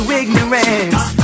ignorance